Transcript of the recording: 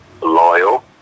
loyal